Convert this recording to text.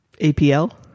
APL